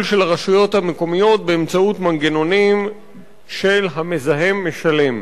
של הרשויות המקומיות באמצעות מנגנונים של המזהם משלם.